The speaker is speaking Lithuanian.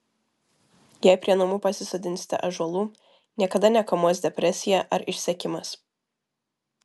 jei prie namų pasisodinsite ąžuolų niekada nekamuos depresija ar išsekimas